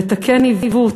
לתקן עיוות,